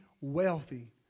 wealthy